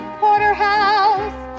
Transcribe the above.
porterhouse